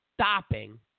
Stopping